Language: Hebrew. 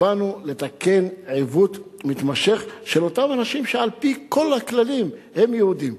באנו לתקן עיוות מתמשך לאותם אנשים שעל-פי כל הכללים הם יהודים.